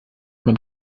man